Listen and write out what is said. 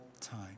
time